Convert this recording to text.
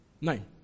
Nine